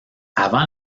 avant